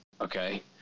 Okay